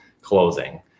closing